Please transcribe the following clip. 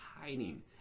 hiding